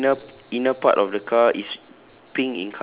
then the inner inner part of the car is